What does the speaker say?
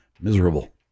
miserable